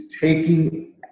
taking